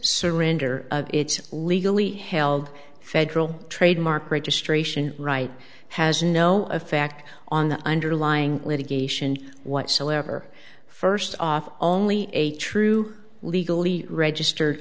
surrender its legally held federal trademark registration right has no effect on the underlying litigation whatsoever first off only a true legally registered